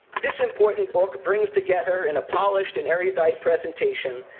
this important book brings together, in a polished and erudite presentation,